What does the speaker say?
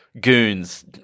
goons